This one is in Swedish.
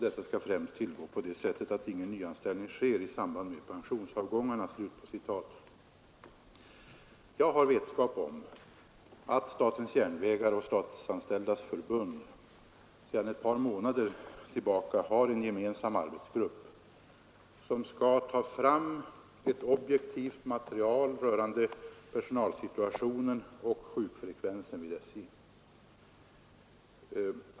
Detta skall främst tillgå på det sättet att ingen nyanställning sker i samband med pensionsavgångarna.” Jag har vetskap om att statens järnvägar och Statsanställdas förbund sedan ett par månader har en gemensam arbetsgrupp, som skall ta fram ett objektivt material rörande personalsituationen och sjukfrekvensen vid SJ.